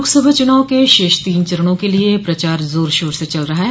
लोकसभा चुनाव के शेष तीन चरणों के लिये प्रचार जोर शोर से चल रहा है